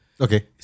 Okay